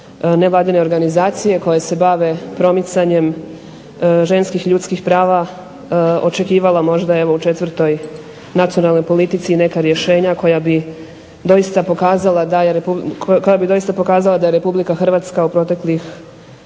nevladine organizacije koje se bave promicanjem ženskih ljudskih prava očekivala možda evo u četvrtoj nacionalnoj politici i neka rješenja koja bi doista pokazala da je Republika Hrvatska u proteklih